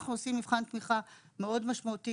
אנחנו עושים מבחן תמיכה מאוד משמעותי